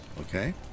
okay